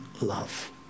love